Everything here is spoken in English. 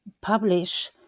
publish